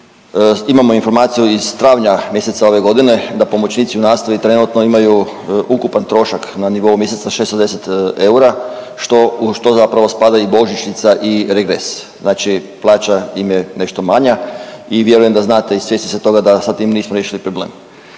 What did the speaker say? imamo informaciju iz travnja mjeseca ove godine, da pomoćnici u nastavi trenutno imaju ukupan trošak na nivou mjeseca 610 eura u što zapravo spada i božićnica i regres. Znači plaća im je nešto manja. I vjerujem da znate i svjesni ste toga da sa tim nismo riješili problem.